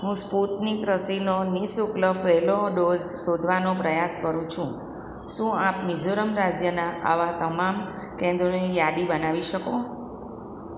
હું સ્પુતનિક રસીનો નિઃશુલ્ક પહેલો ડોઝ શોધવાનો પ્રયાસ કરું છુ શું આપ મિઝોરમ રાજ્યનાં આવાં તમામ કેન્દ્રોની યાદી બનાવી શકો